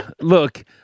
Look